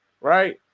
right